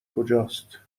کجاست